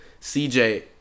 CJ